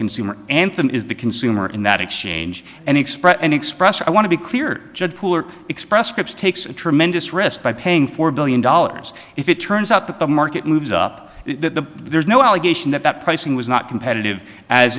consumer anthem is the consumer in that exchange and express and express i want to be clear judge pooler express scripts takes a tremendous risk by saying four billion dollars if it turns out that the market moves up the there's no allegation that that pricing was not competitive as